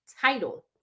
title